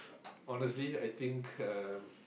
honestly I think um